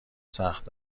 سخت